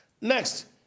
Next